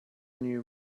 new